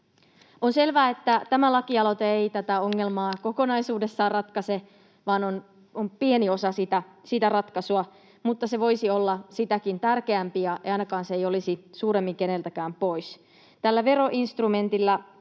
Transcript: On selvää, että tämä lakialoite ei tätä ongelmaa kokonaisuudessaan ratkaise vaan on pieni osa sitä ratkaisua, mutta se voisi olla sitäkin tärkeämpi, ja ainakaan se ei olisi suuremmin keneltäkään pois. Tällä veroinstrumentilla